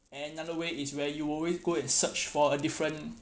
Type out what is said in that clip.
another way is where you always go and search for a different